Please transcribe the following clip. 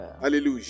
Hallelujah